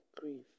grief